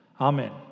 Amen